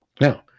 Now